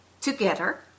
together